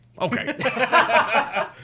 Okay